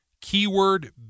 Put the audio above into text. keyword